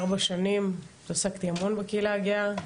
ארבע שנים התעסקתי המון בקהילה הגאה,